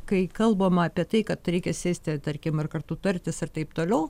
kai kalbama apie tai kad reikia sėsti ar tarkim ir kartu tartis ir taip toliau